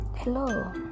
Hello